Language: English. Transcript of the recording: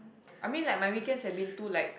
I mean like my weekend had been through like